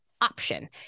option